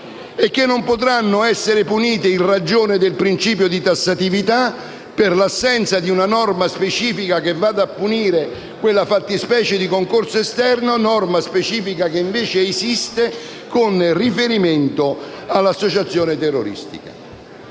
e che non potranno essere puniti in ragione del principio di tassatività, per l'assenza di una norma specifica che vada a punire quella fattispecie di concorso esterno; norma specifica che invece esiste con riferimento all'associazione terroristica.